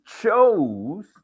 chose